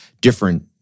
different